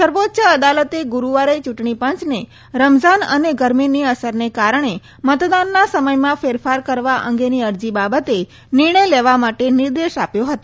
સર્વોચ્ય અદાલતે ગુરુવારે ચૂંટણી પંચને રમઝાન અને ગરમીનીઅસરને કારણે મતદાનના સમયમાં ફેરફાર કરવા અંગેની અરજી બાબતે નિર્ણય લેવા માટે નિર્દેશ આપ્યો હતો